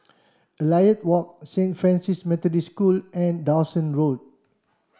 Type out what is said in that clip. Elliot Walk Saint Francis Methodist School and Dawson Road